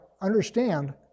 understand